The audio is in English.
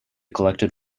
collected